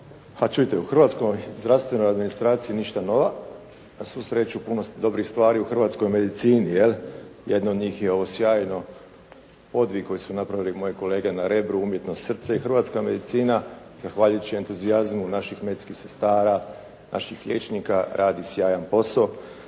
u Hrvatskoj zdravstvenoj administraciji ništa novo, na svu sreću puno dobrih stvari u hrvatskoj medicini, jedno od njih je ovo sjajno, podvih koji su napravili moji kolege na Rebru, umjetno srce i hrvatska medicina zahvaljujući entuzijazmu naših medicinskih sestara, naših liječnika radi sjajan posao.